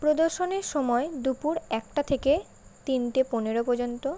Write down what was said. প্রদর্শনীর সময় দুপুর একটা থেকে তিনটে পনেরো পর্যন্ত